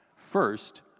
First